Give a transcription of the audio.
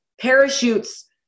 parachutes